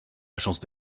agence